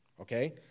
Okay